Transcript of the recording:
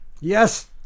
Yes